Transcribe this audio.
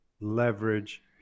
leverage